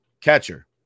catcher